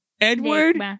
Edward